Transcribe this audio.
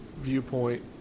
viewpoint